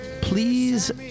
Please